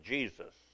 Jesus